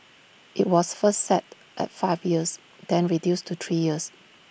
IT was first set at five years then reduced to three years